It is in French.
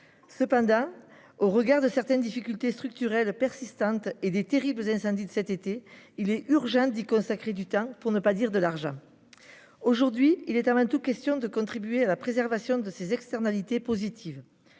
Cependant, au regard de certaines difficultés structurelles persistantes et des terribles incendies de cet été, il est urgent d'y consacrer du temps, pour ne pas dire de l'argent. Aujourd'hui, il s'agit avant tout de contribuer à la préservation des externalités positives